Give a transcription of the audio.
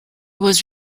was